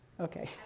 Okay